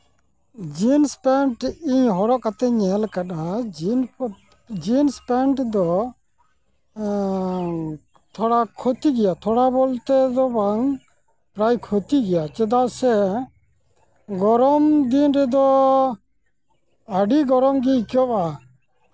jeans pant ᱤᱧ ᱦᱚᱨᱚᱜ ᱠᱟᱛᱮᱫ ᱤᱧ ᱧᱮᱞ ᱠᱟᱫᱟ ᱡᱤᱱᱥ ᱯᱮᱱᱴ ᱫᱚ ᱛᱷᱚᱲᱟ ᱠᱷᱚᱛᱤ ᱜᱮᱭᱟ ᱛᱷᱚᱲᱟ ᱵᱚᱞᱛᱮ ᱫᱚ ᱵᱟᱝ ᱯᱨᱟᱭ ᱠᱷᱚᱛᱤ ᱜᱮᱭᱟ ᱪᱮᱫᱟᱜ ᱥᱮ ᱜᱚᱨᱚᱢ ᱫᱤᱱ ᱨᱮᱫᱚ ᱟᱹᱰᱤ ᱜᱚᱨᱚᱢ ᱜᱮ ᱟᱹᱭᱠᱟᱹᱜᱼᱟ